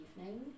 evening